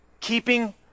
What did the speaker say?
keeping